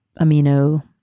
amino